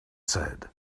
said